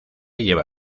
lleva